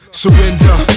surrender